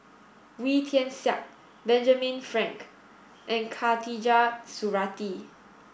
Wee Tian Siak Benjamin Frank and Khatijah Surattee